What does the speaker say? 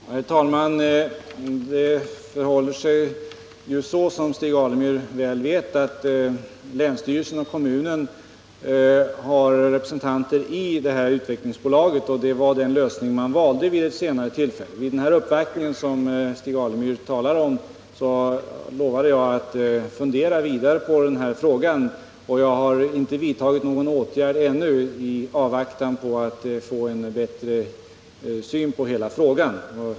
Herr talman! Det förhåller sig — som Stig Alemyr väl vet — så att länsstyrelsen och kommunen har representanter i utvecklingsbolaget. Det var den lösning man valde vid ett tidigare tillfälle. Vid den uppvaktning som Stig Alemyr talade om lovade jag att fundera vidare över denna fråga. I avvaktan på att få en bättre bild av hela saken har jag ännu inte vidtagit någon åtgärd.